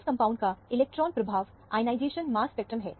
इस कंपाउंड का इलेक्ट्रॉन प्रभाव आयनाइजेशन मास स्पेक्ट्रम है